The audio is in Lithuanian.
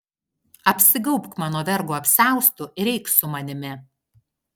apsigaubk mano vergo apsiaustu ir eik su manimi